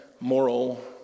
moral